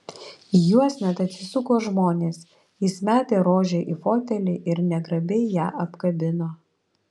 į juos net atsisuko žmonės jis metė rožę į fotelį ir negrabiai ją apkabino